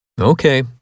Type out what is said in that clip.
Okay